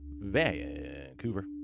Vancouver